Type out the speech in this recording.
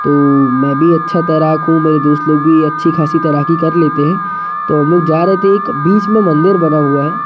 तो मैं भी अच्छा तैराक हूँ मेरे दोस्त लोग भी अच्छी खासी तैराकी कर लेते हैं तो हम लोग जा रहे थे एक बीच में मंदिर बना हुआ है